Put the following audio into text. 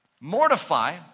Mortify